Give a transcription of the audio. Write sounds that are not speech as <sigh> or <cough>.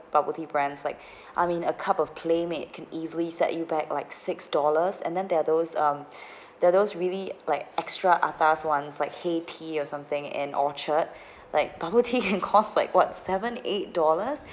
bubble tea brands like <breath> I mean a cup of Playmade can easily set you back like six dollars and then there are those um <breath> there are those really like extra atas [one] like Heytea or something in orchard <breath> like bubble tea <laughs> can cost like what seven eight dollars